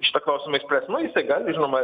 šitą klausimą išspręst nu jisai gali žinoma